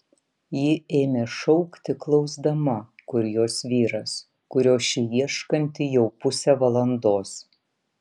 ji ėmė šaukti klausdama kur jos vyras kurio ši ieškanti jau pusę valandos